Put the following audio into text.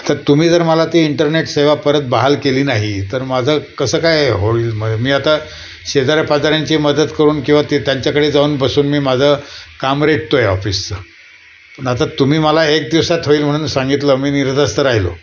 आता तुम्ही जर मला ती इंटरनेट सेवा परत बहाल केली नाही तर माझं कसं काय होईल मग मी आता शेजाऱ्यापाजाऱ्यांची मदत करून किंवा ते त्यांच्याकडे जाऊन बसून मी माझं काम रेटतोय ऑफिसचं पण आता तुम्ही मला एक दिवसात होईल म्हणून सांगितलं मी निर्धास्त राहिलो